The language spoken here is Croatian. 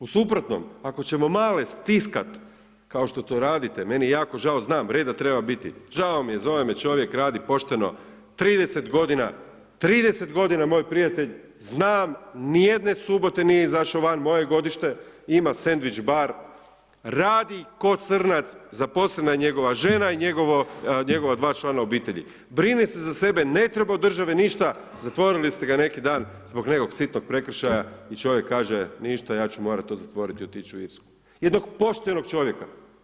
U suprotnom, ako ćemo male stiskat kao što to radite, meni je jako žao, znam, reda treba biti, žao mi je, zove me čovjek, radi pošteno 30 g., 30 g. moj prijatelj, znam, nijedne subote nije izašao van, moje godište, ima sendvič bar, radi ko crnac, zaposlena je njegova žena i njegova dva člana obitelji. brine se za sebe, ne treba od države ništa, zatvorili ste ga neki dan zbog nekog sitnog prekršaja i čovjek kaže, ništa, ja ću morat to zatvoriti i otići u Irsku i to poštenog čovjeka.